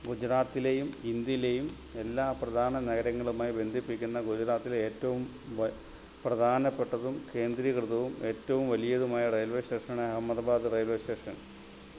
ഗുജറാത്തിലെയും ഇന്ത്യയിലെയും എല്ലാ പ്രധാന നഗരങ്ങളുമായും ബന്ധിപ്പിക്കുന്ന ഗുജറാത്തിലെ ഏറ്റവും പ്യ പ്രധാനപ്പെട്ടതും കേന്ദ്രീകൃതവും ഏറ്റവും വലിയതുമായ റെയിൽവേ സ്റ്റേഷൻ ആണ് അഹമ്മദാബാദ് റെയിൽവേ സ്റ്റേഷൻ